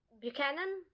buchanan